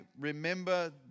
remember